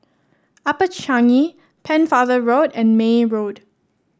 Upper Changi Pennefather Road and May Road